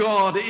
God